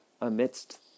amidst